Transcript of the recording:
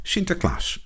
Sinterklaas